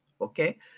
okay